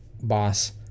boss